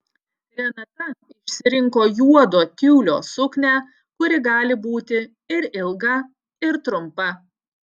renata išsirinko juodo tiulio suknią kuri gali būti ir ilga ir trumpa